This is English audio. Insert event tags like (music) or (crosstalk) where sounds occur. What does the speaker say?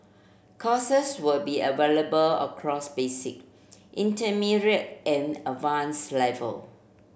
courses will be available across basic (unintelligible) and advanced level